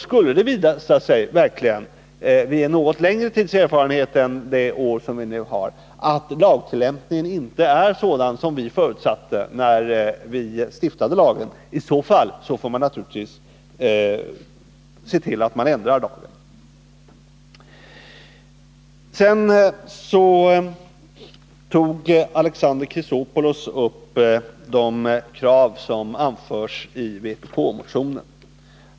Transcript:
Skulle det efter något längre tids erfarenhet än den vi nu har visa sig att lagtillämpningen inte är sådan som vi förutsatte att den skulle bli när vi stiftade lagen, får vi naturligtvis se till att lagen ändras. Alexander Chrisopoulos tog upp de krav som framförts i vpk-motionen.